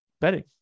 betting